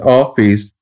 office